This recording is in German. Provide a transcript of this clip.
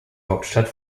hauptstadt